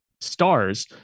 stars